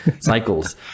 cycles